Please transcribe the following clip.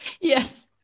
Yes